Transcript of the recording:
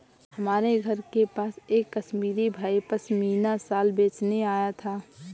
हमारे घर के पास एक कश्मीरी भाई पश्मीना शाल बेचने आया था